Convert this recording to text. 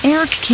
Eric